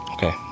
Okay